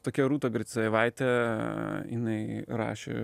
tokia rūta gricajevaitė jinai rašė